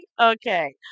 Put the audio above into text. Okay